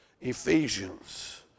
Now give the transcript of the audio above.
Ephesians